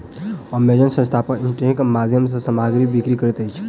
Amazon संस्थान internet के माध्यम सॅ सामग्री बिक्री करैत अछि